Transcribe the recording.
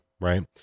right